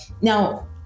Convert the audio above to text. Now